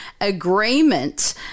agreement